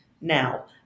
now